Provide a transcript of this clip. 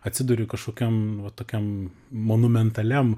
atsiduri kažkokiam va tokiam monumentaliam